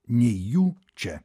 nei jų čia